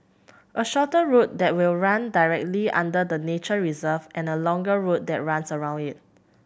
a shorter route that will run directly under the nature reserve and a longer route that runs around it